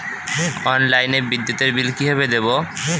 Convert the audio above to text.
অনলাইনে বিদ্যুতের বিল কিভাবে দেব?